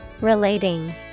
Relating